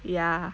ya